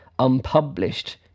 unpublished